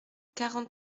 quarante